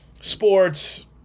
Sports